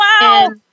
Wow